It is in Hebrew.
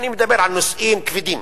אני מדבר על נושאים כבדים.